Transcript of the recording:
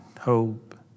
hope